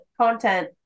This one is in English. content